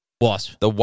Wasp